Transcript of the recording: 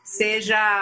seja